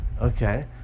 Okay